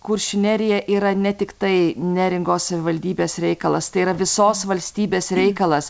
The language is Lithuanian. kuršių nerija yra ne tiktai neringos savivaldybės reikalas tai yra visos valstybės reikalas